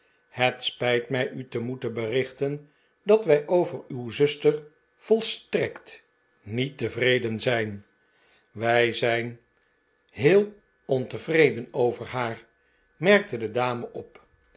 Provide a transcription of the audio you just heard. het spijt mij u te moeten berichten dat wij over uw zuster volstrekt niet tevreden zijn wij zijn heel ontevreden over haar merkte de dame op